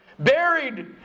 buried